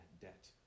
debt